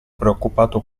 preoccupato